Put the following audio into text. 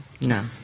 No